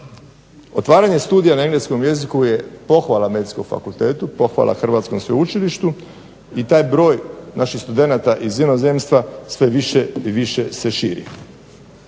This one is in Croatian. Otvaranje studija na engleskom jeziku je pohvala Medicinskom fakultetu, pohvala hrvatskom sveučilištu i taj broj naših studenata iz inozemstva sve više i više se širi.